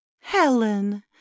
Helen